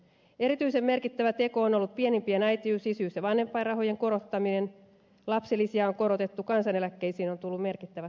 erityisen merkittävä teko on ollut pienimpien äitiys isyys ja vanhempainrahojen korottaminen lapsilisiä on korotettu kansaneläkkeisiin on tullut merkittävät korotukset